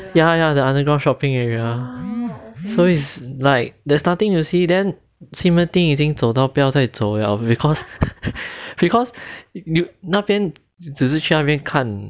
ya ya the underground shopping area so it's like there's nothing to see then 西门町已经走到不要再走了 because because 那边只是去那边看